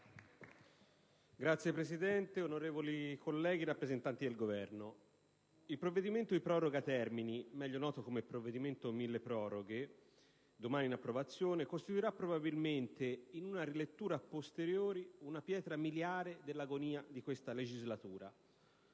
Signora Presidente, onorevoli colleghi, rappresentanti del Governo, il provvedimento di proroga di termini, meglio noto come provvedimento milleproroghe, domani in approvazione, costituirà probabilmente, in una rilettura *a posteriori*, una pietra miliare dell'agonia di questa legislatura.